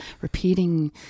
repeating